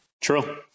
True